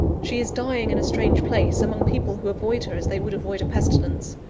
she is dying in a strange place, among people who avoid her as they would avoid a pestilence.